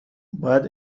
باید